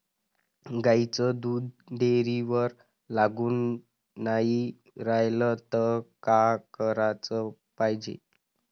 गाईचं दूध डेअरीवर लागून नाई रायलं त का कराच पायजे?